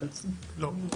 לא.